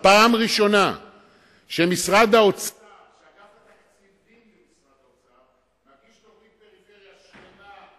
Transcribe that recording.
פעם ראשונה שאגף התקציבים במשרד האוצר מגיש תוכנית פריפריה שלמה,